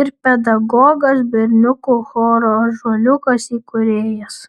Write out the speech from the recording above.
ir pedagogas berniukų choro ąžuoliukas įkūrėjas